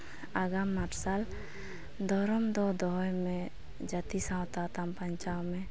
ᱟᱜᱟᱢ ᱢᱟᱨᱥᱟᱞ ᱫᱷᱚᱨᱚᱢ ᱫᱚ ᱫᱚᱦᱚᱭ ᱢᱮ ᱡᱟᱹᱛᱤ ᱥᱟᱶᱛᱟ ᱛᱟᱢ ᱵᱟᱧᱪᱟᱹᱣ ᱢᱮ